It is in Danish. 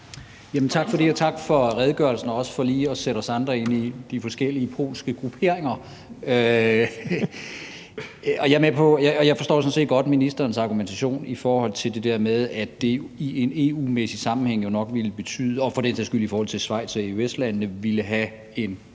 Tak for det, og tak for redegørelsen og for lige at sætte os andre ind i de forskellige polske grupperinger. Jeg forstår sådan set godt ministerens argumentation i forhold til det der med, at det i en EU-sammenhæng – og for den sags skyld også i forhold til Schweiz og EØS-landene – nok ville have en